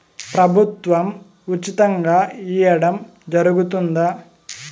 ప్రభుత్వం ఉచితంగా ఇయ్యడం జరుగుతాదా?